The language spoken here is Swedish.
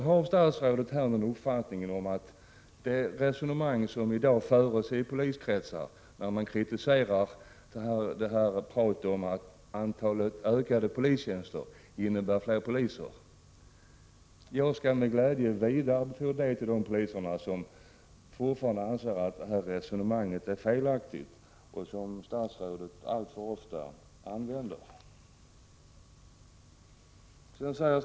Har statsrådet någon uppfattning om det resonemang som i dag förekommer i poliskretsar mot tanken att ökningen av antalet polistjänster innebär fler poliser? Jag skall med glädje vidarebefordra den till de poliser som anser att det här resonemanget, som statsrådet alltför ofta använder, är felaktigt.